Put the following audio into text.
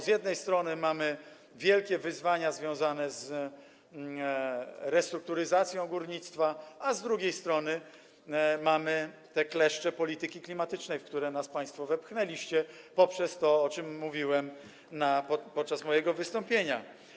Z jednej strony mamy wielkie wyzwania związane z restrukturyzacją górnictwa, a z drugiej strony mamy te kleszcze polityki klimatycznej, w które nas państwo wepchnęliście poprzez to, o czym mówiłem podczas mojego wystąpienia.